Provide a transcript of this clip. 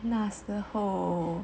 那时候